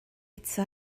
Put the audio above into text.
eto